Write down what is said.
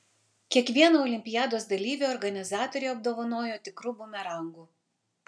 kiekvieną olimpiados dalyvį organizatoriai apdovanojo tikru bumerangu